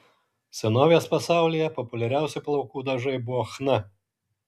senovės pasaulyje populiariausi plaukų dažai buvo chna